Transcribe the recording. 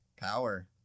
power